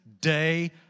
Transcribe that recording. day